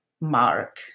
mark